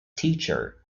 teacher